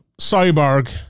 Cyborg